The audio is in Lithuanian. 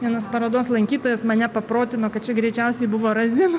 vienas parodos lankytojas mane paprotino kad čia greičiausiai buvo razinų